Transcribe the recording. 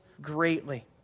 greatly